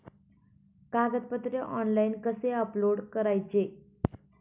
कागदपत्रे ऑनलाइन कसे अपलोड करायचे?